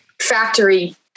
factory